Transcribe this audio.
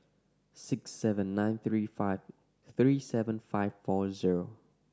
six seven nine three five three seven five four zero